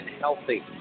healthy